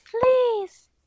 please